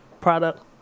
product